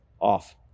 off